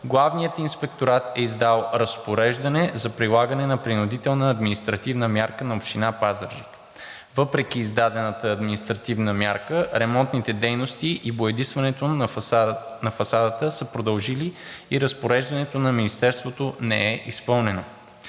Главният инспекторат е издал разпореждане за прилагане на принудителна административна мярка на Община Пазарджик. Въпреки издадената административна мярка ремонтните дейности и боядисването на фасадата са продължили и разпореждането на Министерството не е изпълнено.